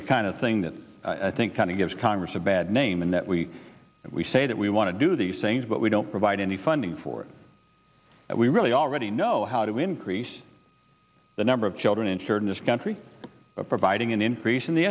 the kind of thing that i think kind of gives congress a bad name and that we we say that we want to do these things but we don't provide any funding for it and we really already know how to increase the number of children insured in this country providing an increase in